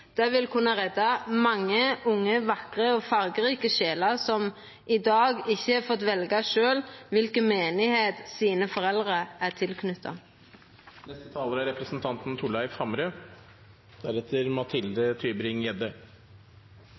Det vil kunna redda mange unge, vakre og fargerike sjeler som ikkje har fått velja sjølve kva kyrkjelyd foreldra deira er